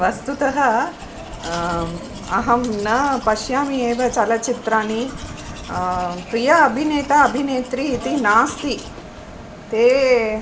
वस्तुतः अहं न पश्यामि एव चलचित्राणि प्रियः अभिनेता अभिनेत्री इति नास्ति ते